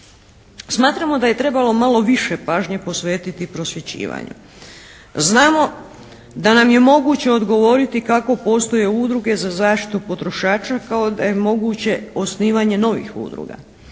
Smatramo da je trebalo malo više pažnje posvetiti prosvjećivanju. Znamo da nam je moguće odgovoriti kako postoje udruge za zaštitu potrošača kao da je moguće osnivanje novih udruga.